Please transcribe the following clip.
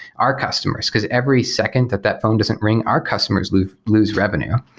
our customers, because every second that that phone doesn't ring, our customers lose lose revenue.